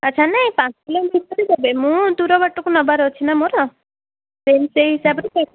ଆଚ୍ଛା ନାହିଁ ପାଞ୍ଚ ଦେବେ ମୁଁ ଦୂର ବାଟୁକୁ ନେବାର ଅଛି ନା ମୋର ସେଇ ସେଇ ହିସାବରେ